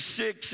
six